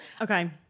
Okay